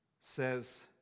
says